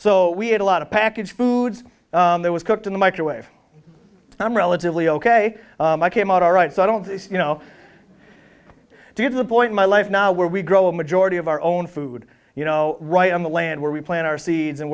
so we had a lot of packaged foods that was cooked in the microwave i'm relatively ok i came out all right so i don't you know to the point my life now where we grow majority of our own food you know right on the land where we plan our seeds and